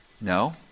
No